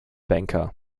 banker